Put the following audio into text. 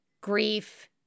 grief